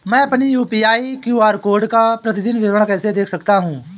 मैं अपनी UPI QR code का प्रतीदीन विवरण कैसे देख सकता हूँ?